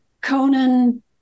Conan